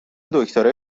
دکترای